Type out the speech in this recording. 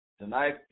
Tonight